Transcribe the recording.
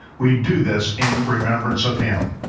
we do this in remembrance of him.